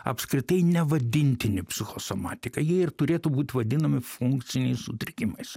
apskritai nevadintini psichosomatika jie ir turėtų būt vadinami funkciniais sutrikimais